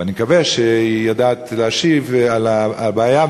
אבל אני מקווה שהיא יודעת להשיב על הבעיה,